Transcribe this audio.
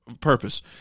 purpose